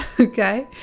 okay